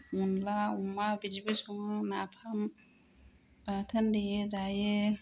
अनद्ला अमा बिदिबो सङो नाफाम बाथोन देयो जायो